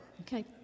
Okay